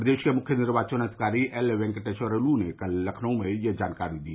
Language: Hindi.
प्रदेश के मुख्य निर्वाचन अधिकारी एल येंकेटेश्वर लू ने कल लखनऊ में यह जानकारी दी